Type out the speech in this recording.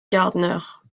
gardner